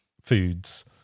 foods